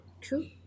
True